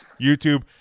YouTube